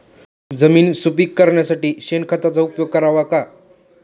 जमीन सुपीक करण्यासाठी शेणखताचा उपयोग करावा का?